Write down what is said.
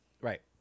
Right